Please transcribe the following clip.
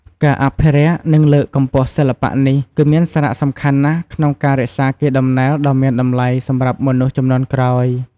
ការអភិរក្ស និងលើកកម្ពស់សិល្បៈនេះ គឺមានសារៈសំខាន់ណាស់ក្នុងការរក្សាកេរដំណែលដ៏មានតម្លៃសម្រាប់មនុស្សជំនាន់ក្រោយ។